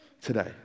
today